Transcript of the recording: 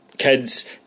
kids